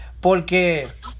porque